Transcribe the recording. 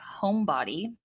Homebody